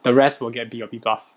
the rest will get B or B plus